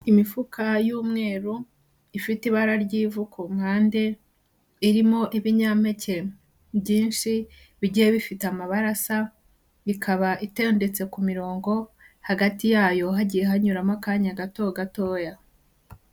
Imifuka y'umweru ifite ibara ry'ivu ku mpande, irimo ibinyampeke byinshi bigiye bifite amabara asa, ikaba itondetse ku murongo hagati yayo hagiye hanyuramo akanya gato gatoya.